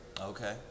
Okay